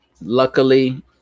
luckily